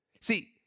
See